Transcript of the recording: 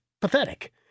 pathetic